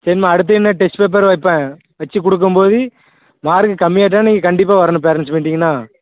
சரிம்மா அடுத்து என்ன டெஸ்ட் பேப்பர் வைப்பேன் வச்சி கொடுக்கும்போது மார்க்கு கம்மியாக ஆகிட்டா நீங்கள் கண்டிப்பாக வரணும் பேரெண்ட்ஸ் மீட்டிங்னால்